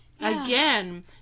again